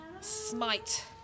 smite